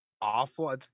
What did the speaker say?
awful